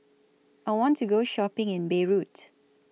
I want to Go Shopping in Beirut